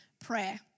prayer